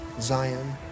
Zion